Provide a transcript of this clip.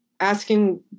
Asking